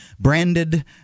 Branded